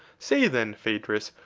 say then, phaedrus,